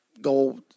go